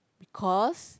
because